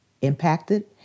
impacted